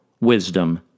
wisdom